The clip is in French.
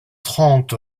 trente